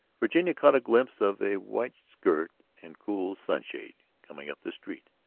virginia caught a glimpse of a white skirt and cool sunshade coming up the street.